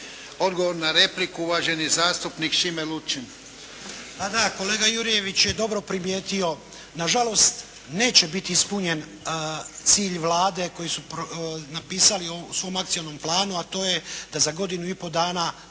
Odgovor na repliku uvaženi zastupnik Šime Lučin.